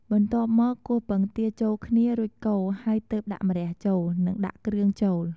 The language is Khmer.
បន្ទាប់មក គោះពង់ទាចូលគ្នារួចកូរ ហើយទើបដាក់ម្រះចូល និងដាក់គ្រឿងចូល។